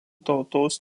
tautos